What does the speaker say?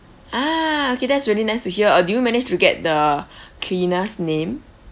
ah okay that's really nice to hear uh do you manage to get the cleaner's name